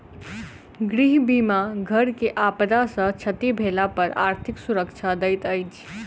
गृह बीमा घर के आपदा सॅ क्षति भेला पर आर्थिक सुरक्षा दैत अछि